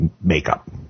makeup